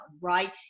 right